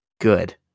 Good